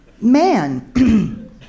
man